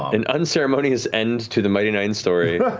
an unceremonious end to the mighty nein story.